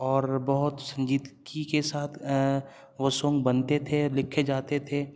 اور بہت سنجیدگی کے ساتھ وہ سونگ بنتے تھے لکھے جاتے تھے